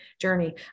journey